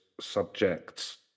subjects